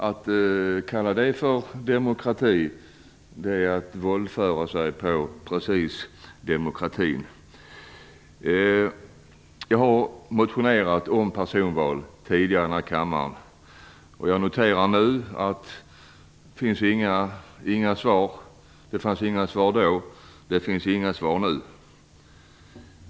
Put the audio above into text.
Att kalla det för demokrati är att just våldföra sig på demokratin. Jag har i denna kammare tidigare motionerat om personval. Jag noterar nu att det inte finns några svar. Det fanns inga svar då, det finns inga svar nu.